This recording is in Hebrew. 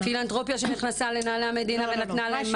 פילנתרופיה שנכנסה לנעלי המדינה ומה נתנה להן?